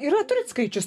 yra turit skaičių